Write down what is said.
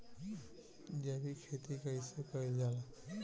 जैविक खेती कईसे कईल जाला?